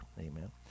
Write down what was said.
amen